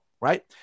right